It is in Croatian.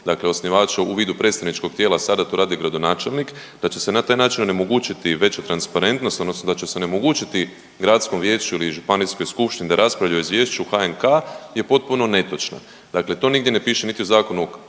dakle osnivača u vidu predstavničkog tijela sada to radi gradonačelnik da će se na taj način onemogućiti veću transparentnost odnosno da će se onemogućiti gradskom vijeću ili županijskom skupštini da raspravlja o izvješću HNK je potpuno netočna. Dakle, to nigdje ne piše, niti u Zakonu